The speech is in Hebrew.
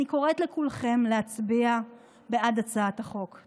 אני קוראת לכולכם להצביע בעד הצעת החוק.